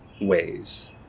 ways